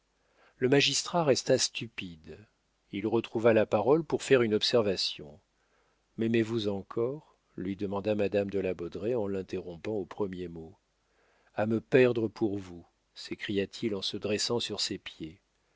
le magistrat resta stupide il retrouva la parole pour faire une observation m'aimez-vous encore lui demanda madame de la baudraye en l'interrompant au premier mot a me perdre pour vous s'écria-t-il en se dressant sur ses pieds